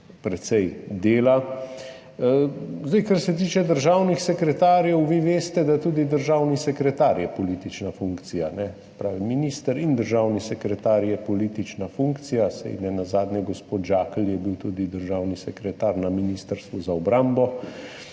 precej dela. Kar se tiče državnih sekretarjev, vi veste, da je tudi državni sekretar politična funkcija. Se pravi, minister in državni sekretar je politična funkcija, saj nenazadnje je bil gospod Žakelj tudi državni sekretar na Ministrstvu za obrambo,